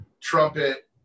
trumpet